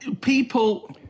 people